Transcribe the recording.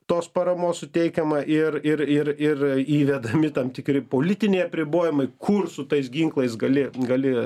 tos paramos suteikiama ir ir ir ir įvedami tam tikri politiniai apribojimai kur su tais ginklais gali gali